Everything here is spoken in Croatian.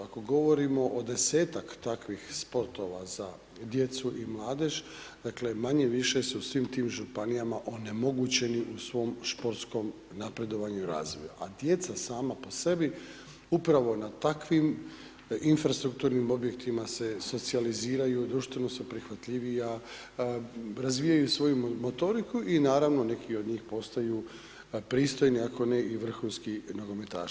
Ako govorimo o 10-ak takvih sportova za djecu i mladež, dakle manje-više su u svim tim županijama onemogućeni u svom športskom napredovanju i razvoju a djeca sama po sebi upravo na takvim infrastrukturnim objektima se socijaliziraju, društveno su prihvatljivija, razvijaju svoju motoriku i naravno neki od njih postaju pristojni ako ne i vrhunski nogometaši.